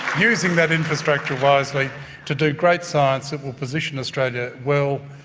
using that infrastructure wisely to do great science that will position australia well,